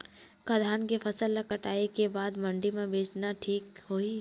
का धान के फसल ल कटाई के बाद मंडी म बेचना ठीक होही?